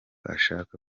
ashaka